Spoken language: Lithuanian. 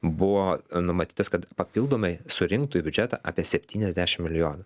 buvo numatytas kad papildomai surinktų į biudžetą apie septyniasdešim milijonų